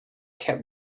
kept